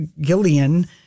Gillian